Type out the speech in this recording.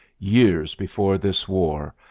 years before this war,